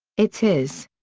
it's his.